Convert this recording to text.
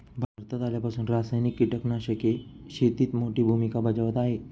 भारतात आल्यापासून रासायनिक कीटकनाशके शेतीत मोठी भूमिका बजावत आहेत